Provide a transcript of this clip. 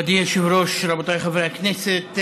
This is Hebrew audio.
מכובדי היושב-ראש, רבותיי חברי הכנסת,